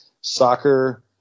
Soccer